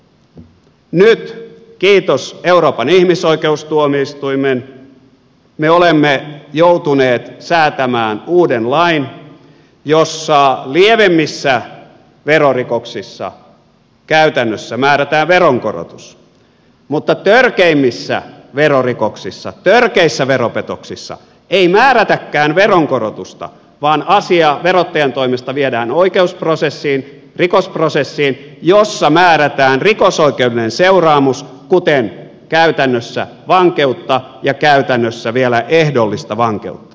nyt kiitos euroopan ihmisoikeustuomioistuimen me olemme joutuneet säätämään uuden lain jossa lievemmissä verorikoksissa käytännössä määrätään veronkorotus mutta törkeimmissä verorikoksissa törkeissä veropetoksissa ei määrätäkään veronkorotusta vaan asia verottajan toimesta viedään oikeusprosessiin rikosprosessiin jossa määrätään rikosoikeudellinen seuraamus kuten käytännössä vankeutta ja käytännössä vielä ehdollista vankeutta